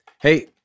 hey